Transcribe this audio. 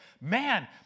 man